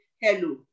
hello